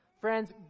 Friends